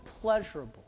pleasurable